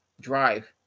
drive